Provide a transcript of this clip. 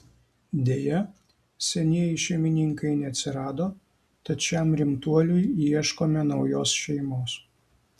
deja senieji šeimininkai neatsirado tad šiam rimtuoliui ieškome naujos šeimos